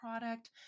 product